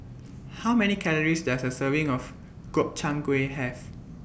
How Many Calories Does A Serving of Gobchang Gui Have